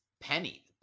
Penny